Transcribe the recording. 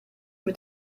mit